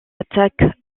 attaques